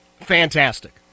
fantastic